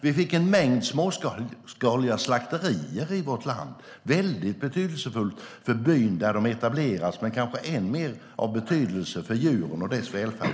Vi fick en mängd småskaliga slakterier i vårt land. Det är väldigt betydelsefullt för byarna där de etableras, men kanske än mer av betydelse för djuren och deras välfärd.